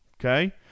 Okay